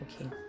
okay